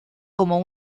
como